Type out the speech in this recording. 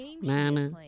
Mama